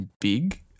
big